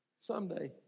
Someday